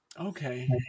Okay